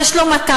יש לו מטרה,